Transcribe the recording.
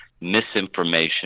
misinformation